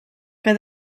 que